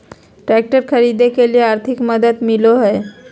Tractor खरीदे के लिए आर्थिक मदद मिलो है?